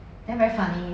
then very funny